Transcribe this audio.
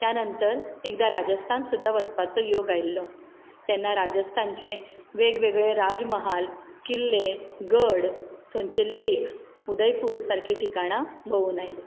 त्या नंतर एकदां राजस्थान सुद्दां वचपाचो योग आयल्लो तेन्ना राजस्थानचे वेगवेगळे राजमहाल किल्ले गड थंचे लेक्स उदयपूर सारकीं ठिकाणां भोंवून आयलीं